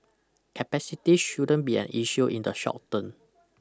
capacity shouldn't be an issue in the short term